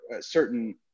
certain